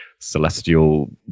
celestial